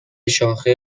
شاخه